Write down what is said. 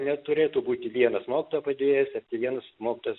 neturėtų būti vienas mokytojo padėjėjas ar tai vienas mokytojas